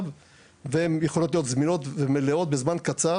וצריך להעלות אותו בבוקר.